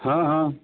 ହଁ ହଁ